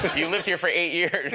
you lived here for eight years.